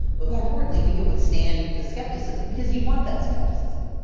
but more importantly, we could withstand the skepticism because you want that skepticism.